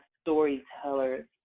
storytellers